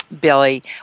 Billy